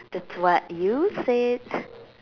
that's what you said